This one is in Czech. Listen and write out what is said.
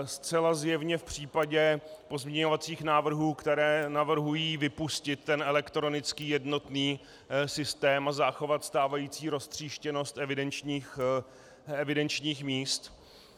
Zcela zjevně v případě pozměňovacích návrhů, které navrhují vypustit elektronický jednotný systém a zachovat stávající roztříštěnost evidenčních míst.